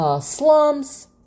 slums